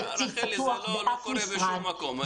רחלי, זה לא קורה בשום מקום.